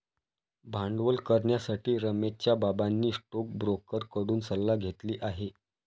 भांडवल करण्यासाठी रमेशच्या बाबांनी स्टोकब्रोकर कडून सल्ला घेतली आहे